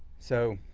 so,